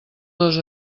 dos